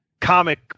comic